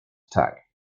attack